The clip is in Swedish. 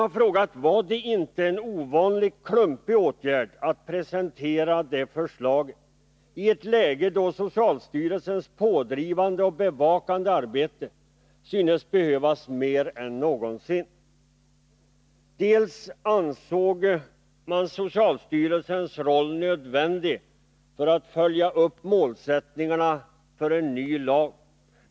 Var det inte en ovanligt klumpig åtgärd att presentera det förslaget i ett läge där socialstyrelsens pådrivande och bevakande arbete synes behövas mera än någonsin? Man ansåg socialstyrelsens roll nödvändig när det gäller att följa upp målsättningarna för en ny lag.